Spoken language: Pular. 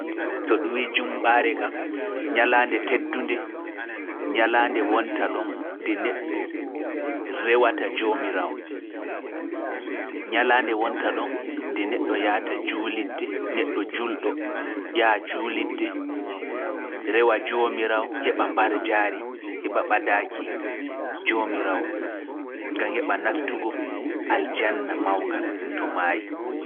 To ɗum wi'i jumɓaare kam ñalaande teddunde ñalaande wonta ɗon nde neɗɗo rewata joomiraawo ñalaande wonta ɗon nde neɗɗo yaata juulidde neɗɗo julɗo yaa juulidde rewa joomiraawo heɓa mbarjaari heɓa ɓadaaki joomiraawo. Gam heɓa naftugo aljanna mawnga to maayi.